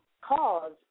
cause